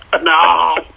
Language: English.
no